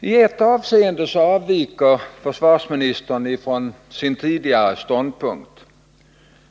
I ett avseende avviker försvarsministern från sin tidigare ståndpunkt.